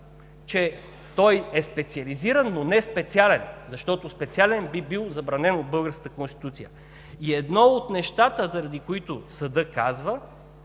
че той е специализиран, но не специален, защото като специален би бил забранен от българската Конституция! И едно от нещата, заради които съдът казва